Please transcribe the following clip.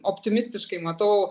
optimistiškai matau